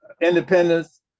independence